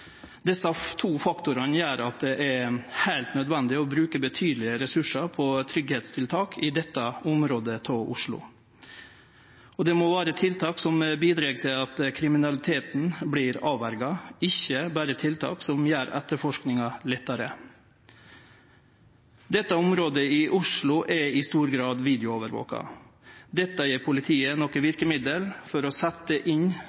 Desse to faktorane gjer at det er heilt nødvendig å bruke betydelege ressursar på tryggingstiltak i dette området av Oslo. Det må vere tiltak som bidreg til at kriminaliteten vert avverja, ikkje berre tiltak som gjer etterforskinga lettare. Dette området i Oslo er i stor grad video-overvaka. Det gjev politiet nokre verkemiddel for å setje inn